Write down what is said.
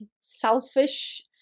selfish